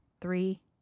three